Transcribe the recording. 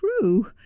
true